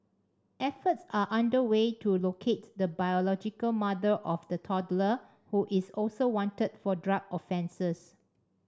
efforts are underway to locate the biological mother of the toddler who is also wanted for drug offences